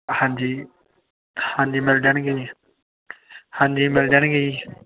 ਹਾਂਜੀ ਹਾਂਜੀ ਮਿਲ ਜਾਣਗੇ ਜੀ ਹਾਂਜੀ ਮਿਲ ਜਾਣਗੇ ਜੀ